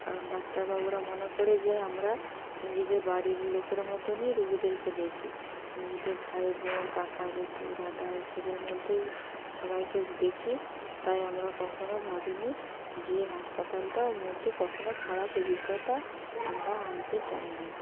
কারণ ডাক্তারবাবুরা মনে করে যে আমরা নিজেদের বাড়ির লোকের মতনই রোগীদেরকে দেখি নিজেদের ভাই বোন কাকা জেঠু দাদা এ সবের মধ্যেও সবাইকে দেখি তাই আমরা কখনও ভাবিনি যে হাসপাতালটার মধ্যে কখনও খারাপ অভিজ্ঞতা আমরা আনতে চাইনি